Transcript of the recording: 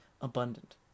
abundant